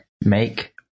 make